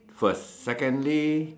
first secondly